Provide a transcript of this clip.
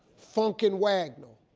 funk and wagnall,